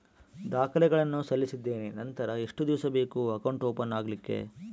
ದಾಖಲೆಗಳನ್ನು ಸಲ್ಲಿಸಿದ್ದೇನೆ ನಂತರ ಎಷ್ಟು ದಿವಸ ಬೇಕು ಅಕೌಂಟ್ ಓಪನ್ ಆಗಲಿಕ್ಕೆ?